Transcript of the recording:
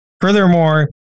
Furthermore